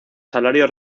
salarios